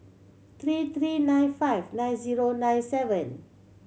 three three nine five nine zero nine seven